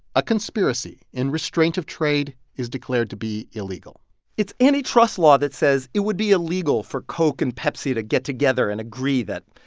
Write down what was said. a conspiracy in restraint of trade is declared to be illegal it's anti-trust law that says it would be illegal for coke and pepsi to get together and agree that,